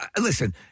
Listen